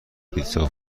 پیتزا